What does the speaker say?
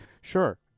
Sure